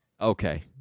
Okay